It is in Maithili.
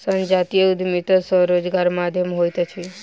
संजातीय उद्यमिता स्वरोजगारक माध्यम होइत अछि